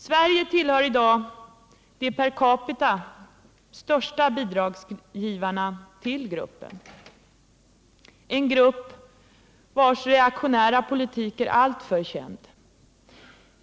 Sverige tillhör i dag de länder som ger det största bidraget per capita till Världsbanksgruppen, en grupp vars reaktionära politik är alltför känd.